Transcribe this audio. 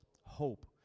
hope